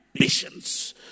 ambitions